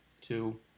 two